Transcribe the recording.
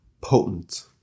potent